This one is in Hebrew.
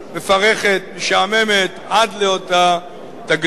מפרכת, משעממת עד לאותה תגלית.